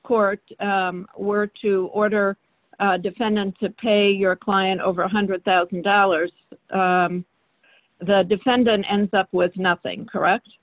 court were to order defendant to pay your client over one hundred thousand dollars the defendant ends up with nothing correct